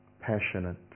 passionate